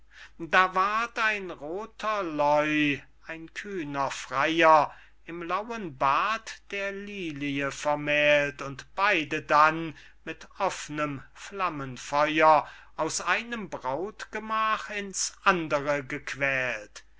da ward ein rother leu ein kühner freyer im lauen bad der lilie vermählt und beyde dann mit offnem flammenfeuer aus einem brautgemach ins andere gequält